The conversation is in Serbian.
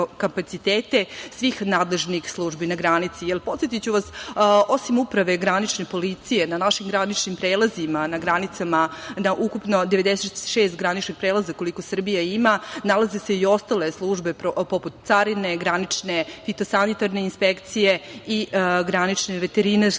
kapacitete svih nadležnih službi na granici. Podsetiću vas, osim Uprave granične policije, na našim graničnim prelazima, na ukupno 96 graničnih prelaza koliko Srbija ima, nalaze se i ostale službe, poput - carine, granične fitosanitarne inspekcije i granične veterinarske